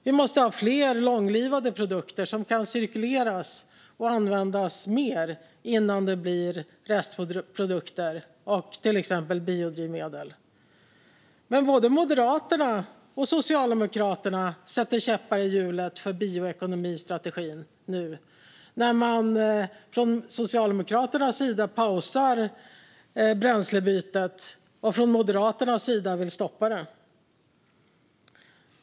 Vi måste ha fler långlivade produkter som kan cirkuleras och användas mer innan de blir restprodukter och exempelvis biodrivmedel. Men både Moderaterna och Socialdemokraterna sätter käppar i hjulet för bioekonomistrategin eftersom Socialdemokraterna pausar bränslebytet och Moderaterna vill stoppa det.